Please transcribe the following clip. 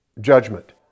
judgment